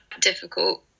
difficult